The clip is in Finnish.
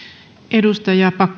arvoisa